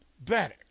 better